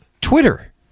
Twitter